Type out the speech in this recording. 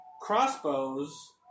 Crossbows